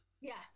yes